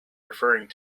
referring